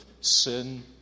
sin